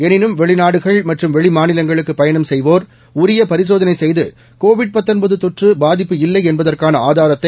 எனினும் வெளிநாடுகள் மற்றும் வெளி மாநிலங்களுக்கு பயணம் செய்வோர் உரிய பரிசோதனை செய்து கோவிட் தொற்று பாதிப்பு இல்லை என்பதற்கான ஆதாரத்தை